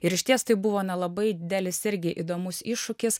ir išties tai buvo na labai didelis irgi įdomus iššūkis